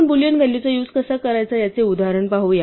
आपण boolean value चा use कसा करायचा याचे उदाहरण पाहूया